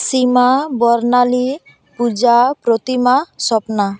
ᱥᱤᱢᱟ ᱵᱚᱨᱱᱟᱞᱤ ᱯᱩᱡᱟ ᱯᱨᱚᱛᱤᱢᱟ ᱥᱚᱯᱱᱟ